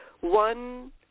one